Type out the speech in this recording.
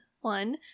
one